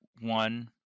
one